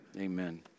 Amen